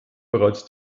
bereits